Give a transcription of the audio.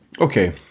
Okay